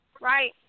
right